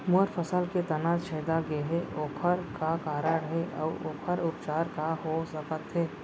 मोर फसल के तना छेदा गेहे ओखर का कारण हे अऊ ओखर उपचार का हो सकत हे?